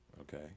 Okay